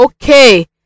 Okay